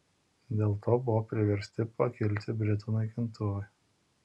dėl to buvo priversti pakilti britų naikintuvai